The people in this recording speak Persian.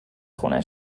خونه